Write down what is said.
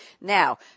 Now